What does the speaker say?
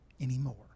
anymore